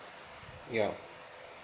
yeah